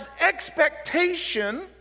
expectation